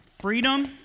Freedom